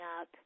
up